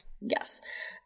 Yes